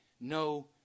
no